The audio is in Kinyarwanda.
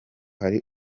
hari